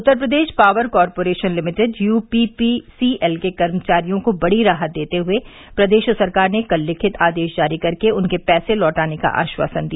उत्तर Pradesh power corporation limited U P P C L के कर्मचारियों को बड़ी राहत देते हुए प्रदेश सरकार ने कल लिखित आदेश जारी कर के उनके पैसे लौटाने का आश्वासन दिया